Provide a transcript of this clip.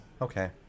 okay